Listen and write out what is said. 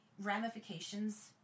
ramifications